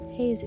Hey